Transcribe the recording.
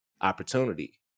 opportunity